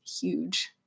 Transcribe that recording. huge